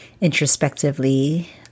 introspectively